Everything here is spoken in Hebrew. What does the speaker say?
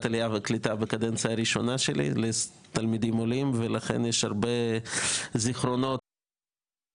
העלייה והקליטה בקדנציה הראשונה שלי ולכן יש הרבה זיכרונות מהמקום